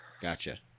Gotcha